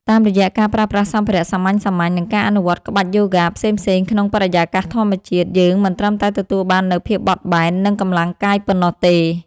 តាមរយៈការប្រើប្រាស់សម្ភារៈសាមញ្ញៗ និងការអនុវត្តក្បាច់យូហ្គាផ្សេងៗក្នុងបរិយាកាសធម្មជាតិ យើងមិនត្រឹមតែទទួលបាននូវភាពបត់បែន និងកម្លាំងកាយប៉ុណ្ណោះទេ។